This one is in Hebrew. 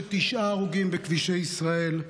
359 הרוגים בכבישי ישראל,